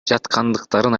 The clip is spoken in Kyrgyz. жаткандыктарын